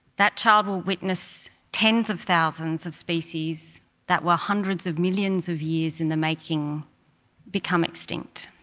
that child will witness tens of thousands of species that were hundreds of millions of years in the making become extinct.